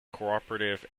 cooperative